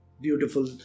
beautiful